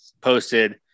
posted